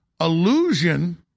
illusion